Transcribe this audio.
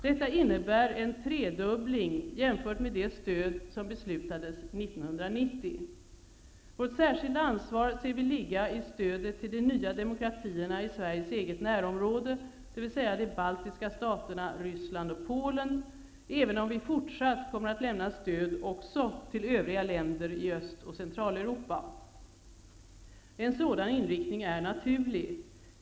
Detta innebär en tredubbling jämfört med det stöd som beslutades 1990. Vårt särskilda ansvar ser vi ligga i stödet till de nya demokratierna i Sveriges eget närområde, dvs. de baltiska staterna, Ryssland och Polen, även om vi fortsatt kommer att lämna stöd också till övriga länder i Öst och En sådan inriktning är naturlig.